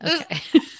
Okay